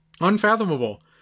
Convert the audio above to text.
Unfathomable